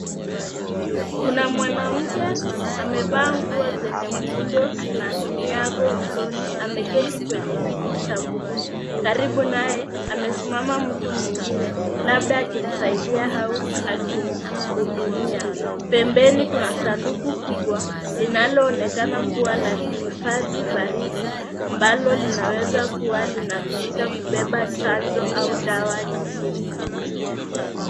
Kuna mwanamke amevaa nguo zenye muundo na kinyago usoni ameketi kwenye kiti cha buluu karibu naye amesimama mtu mwingine labda akimsaidia au akimhudumia, pembeni kuna sanduku kubwa linaloonekana kuwa la kuhifadhi baridi ambalo linaweza kuwa linatumika kubeba chanjo au dawa nyingine.